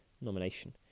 nomination